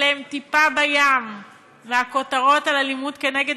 אלה הן טיפה בים מהכותרות על אלימות כנגד